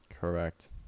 Correct